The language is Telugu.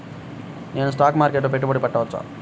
నేను స్టాక్ మార్కెట్లో పెట్టుబడి పెట్టవచ్చా?